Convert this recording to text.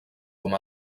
com